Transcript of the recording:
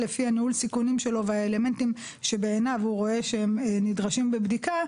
לפי ניהול הסיכונים שלו והאלמנטים שבעיניו הוא רואה שהם נדרשים בבדיקה,